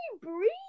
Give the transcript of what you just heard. breathe